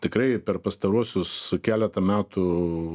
tikrai per pastaruosius keletą metų